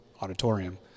auditorium